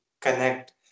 connect